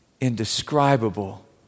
indescribable